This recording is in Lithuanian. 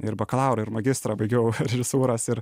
ir bakalaurą ir magistrą baigiau režisūros ir